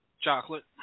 chocolate